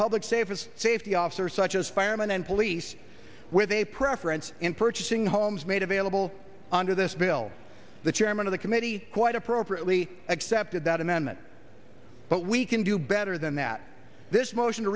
public safest safety officer such as firemen and police with a preference in purchasing homes made available under this bill the chairman of the committee quite appropriately accepted that amendment but we can do better than that this motion to